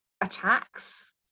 attacks